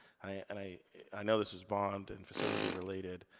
and i i know this is bond and facility related.